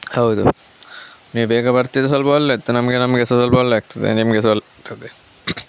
ಹೌದು ನೀವು ಬೇಗ ಬರ್ತಿದ್ದರೆ ಸ್ವಲ್ಪ ಒಳ್ಳೇದು ಇತ್ತು ನಮಗೆ ನಮಗೆ ಸಹ ಸ್ವಲ್ಪ ಒಳ್ಳೇದು ಆಗ್ತದೆ ನಿಮಗೆ ಸಹ ಒಳ್ಳೇದು ಆಗ್ತದೆ